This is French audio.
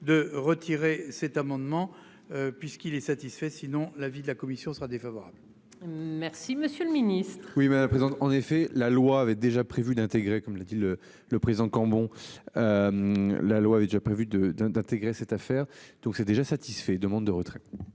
de retirer cet amendement. Puisqu'il est satisfait, sinon l'avis de la commission sera défavorable. Merci, monsieur le Ministre. Oui mais présente en effet la loi avait déjà prévu d'intégrer comme la dit le le président Cambon. La loi avait déjà prévu de d'un d'intégrer cette affaire donc c'est déjà satisfait demande de retrait.